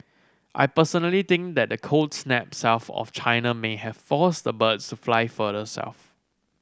I personally think that the cold snap south of China may have forced the birds fly further south